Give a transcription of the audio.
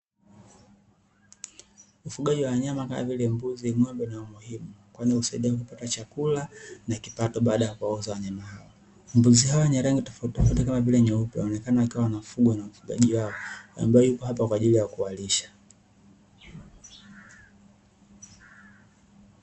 Ufugaji wa wanyama kama vile mbuzi ni wa muhimu kwani husaidia, chakula na kipato, baada ya kuwauza wanyama hawa mbuzi hawa. wenye rangi nyeupe wanaonekana wanafugwa na mfugaji ambaye yupo kwa ajili ya kuwalisha.